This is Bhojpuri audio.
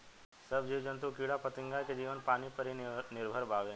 सब जीव जंतु कीड़ा फतिंगा के जीवन पानी पर ही निर्भर बावे